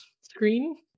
screen